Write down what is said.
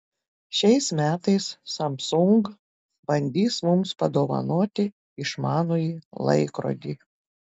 šiais metais samsung bandys mums padovanoti išmanųjį laikrodį